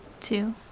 two